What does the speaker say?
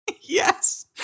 Yes